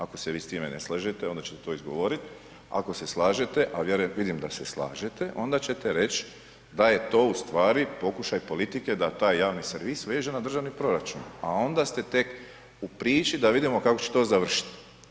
Ako se vi s time ne slažete onda ćete to izgovorit, ako se slažete, a vidim da se slažete onda ćete reći da je to u stvari pokušaj politike da taj javni servis veže na državni proračun, a onda ste tek u priči da vidimo kako će to završiti.